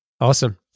Awesome